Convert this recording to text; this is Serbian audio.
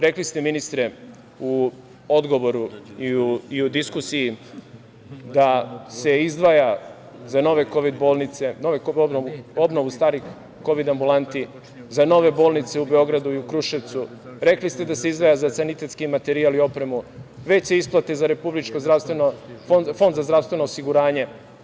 Rekli ste, ministre, u odgovoru i u diskusiji da se izdvaja za nove Kovid bolnice, za obnovu starih Kovid ambulanti, za nove bolnice u Beogradu i u Kruševcu, rekli ste da se izdvaja za sanitetski materijal i opremu, veće isplate za Fond za zdravstveno osiguranje.